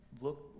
look